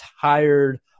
tired